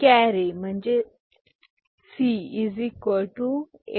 B S A'